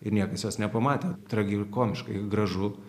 ir niekas jos nepamatė tragikomiškai gražu